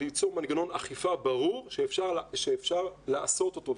ליצור מנגנון אכיפה ברור שאפשר לעשות אותו,